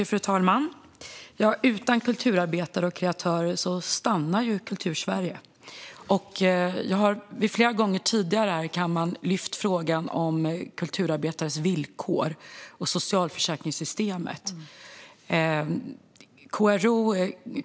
Fru talman! Utan kulturarbetare och kreatörer stannar Kultursverige. Jag har flera gånger tidigare här i kammaren lyft frågan om kulturarbetares villkor och socialförsäkringssystemet.